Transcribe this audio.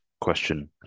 question